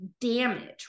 damage